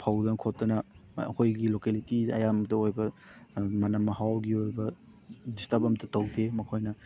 ꯐꯧꯗꯅ ꯈꯣꯠꯇꯅ ꯑꯩꯈꯣꯏꯒꯤ ꯂꯣꯀꯦꯂꯤꯇꯤꯗ ꯑꯌꯥꯝꯕꯗ ꯑꯣꯏꯕ ꯃꯅꯝ ꯃꯍꯥꯎꯒꯤ ꯑꯣꯏꯕ ꯗꯤꯁꯇꯔꯕ ꯑꯝꯇ ꯇꯧꯗꯦ ꯃꯈꯣꯏꯅ